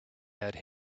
had